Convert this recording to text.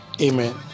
Amen